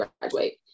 graduate